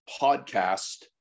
podcast